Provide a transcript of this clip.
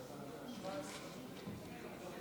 תשובה והצבעה במועד אחר.